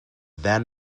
then